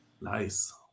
nice